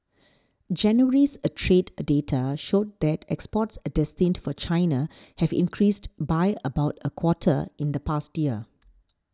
January's trade data showed that exports destined for China have decreased by about a quarter in the past year